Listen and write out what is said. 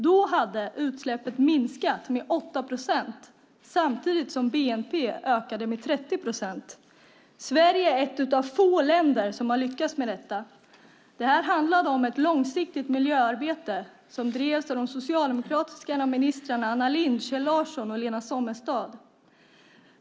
Då hade utsläppen minskat med 8 procent samtidigt som bnp hade ökat med 30 procent. Sverige är ett av få länder som har lyckats med detta. Det här handlade om ett långsiktigt miljöarbete som drevs av de socialdemokratiska ministrarna Anna Lindh, Kjell Larsson och Lena Sommestad.